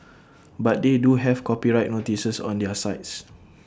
but they do have copyright notices on their sites